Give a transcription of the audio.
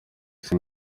izi